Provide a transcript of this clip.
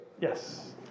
yes